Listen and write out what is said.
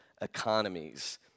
Economies